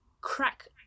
crack